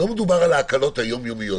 לא מדובר על ההקלות היום יומיות.